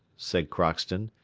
said crockston,